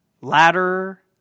ladder